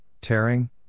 tearing